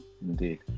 indeed